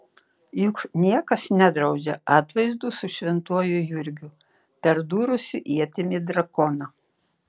juk niekas nedraudžia atvaizdų su šventuoju jurgiu perdūrusiu ietimi drakoną